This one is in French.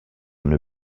une